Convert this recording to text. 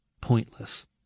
pointless